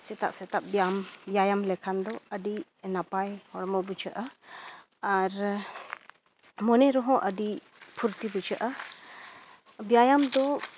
ᱥᱮᱛᱟᱜ ᱥᱮᱛᱟᱜ ᱵᱮᱭᱟᱢ ᱵᱮᱭᱟᱢ ᱞᱮᱠᱷᱟᱱ ᱫᱚ ᱟᱹᱰᱤ ᱱᱟᱯᱟᱭ ᱦᱚᱲᱢᱚ ᱵᱩᱡᱷᱟᱹᱜᱼᱟ ᱟᱨ ᱢᱚᱱᱮ ᱨᱮᱦᱚᱸ ᱟᱹᱰᱤ ᱯᱷᱩᱨᱛᱤ ᱵᱩᱡᱷᱟᱹᱜᱼᱟ ᱵᱮᱭᱟᱢ ᱫᱚ